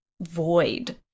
void